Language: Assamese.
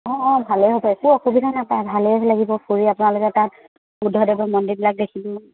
অঁ অঁ ভালেই হৈছে একো অসুবিধা নাপায় ভালেই লাগিব ফুুৰি আপোনালোকে তাত বুদ্ধদেৱৰ মন্দিৰবিলাক দেখিব